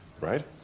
right